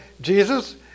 Jesus